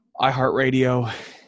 iHeartRadio